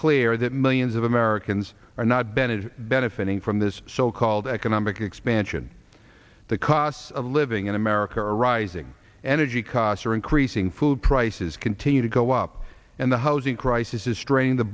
clear that millions of americans are not benefit benefiting from this so called economic expansion the costs of living in america are rising energy costs are increasing food prices continue to go up and the housing crisis is straining the